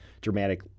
dramatic